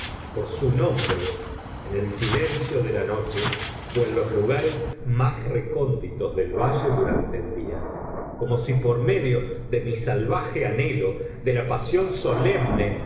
por su nombre en el silencio de la noche o en los lugares más recónditos del valle durante el día como si por medio de mi salvaje anhelo de la pasión solemne